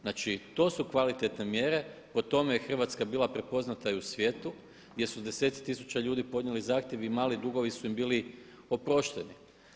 Znači to su kvalitetne mjere, po tome je Hrvatska bila prepoznata i u svijetu gdje su deseci tisuća ljudi podnijeli zahtjev i mali dugovi su im bili oprošteni.